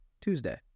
Tuesday